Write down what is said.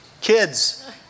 Kids